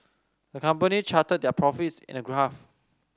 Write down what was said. the company charted their profits in a graph